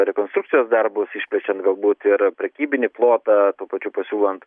rekonstrukcijos darbus išplečiant galbūt ir prekybinį plotą tuo pačiu pasiūlant